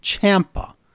Champa